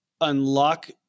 unlock